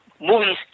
movies